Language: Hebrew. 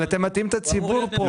אבל אתם מטעים את הציבור פה.